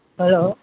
hello